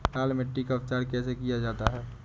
लाल मिट्टी का उपचार कैसे किया जाता है?